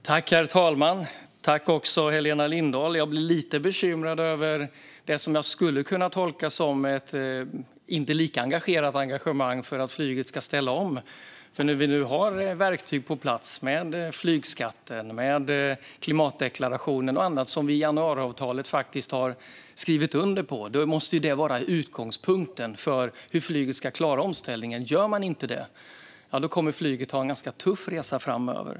Herr talman! Tack, Helena Lindahl! Jag blir lite bekymrad över det som jag skulle kunna tolka som ett inte lika starkt engagemang för att flyget ska ställa om. När vi nu har verktyg på plats - flygskatt, klimatdeklarationer och annat som vi i januariavtalet har skrivit under på - måste detta vara utgångspunkten för hur flyget ska klara omställningen. Gör man inte detta kommer flyget att ha en ganska tuff resa framöver.